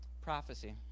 prophecy